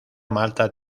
malta